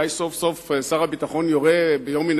אולי סוף-סוף שר הביטחון יורה ביום מן